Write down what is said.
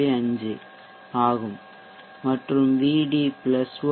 5 ஆகும் மற்றும் Vd 1 d 1